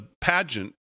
pageant